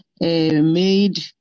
made